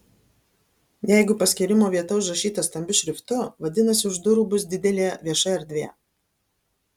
jeigu paskyrimo vieta užrašyta stambiu šriftu vadinasi už durų bus didelė vieša erdvė